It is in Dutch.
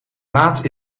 maat